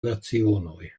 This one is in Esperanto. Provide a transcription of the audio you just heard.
lecionoj